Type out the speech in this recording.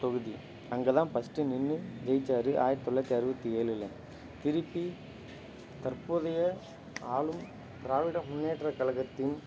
தொகுதி அங்கே தான் ஃபர்ஸ்ட்டு நின்று ஜெயிச்சார் ஆயரத்து தொள்ளாயரத்து அறுபத்தி ஏழுல திருப்பி தற்போதைய ஆளும் திராவிட முன்னேற்ற கழகத்தின்